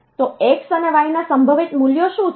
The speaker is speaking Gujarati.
તો x અને y ના સંભવિત મૂલ્યો શું છે